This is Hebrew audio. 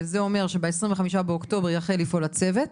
וזה אומר שב-25 באוקטובר יחל לפעול הצוות,